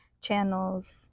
channels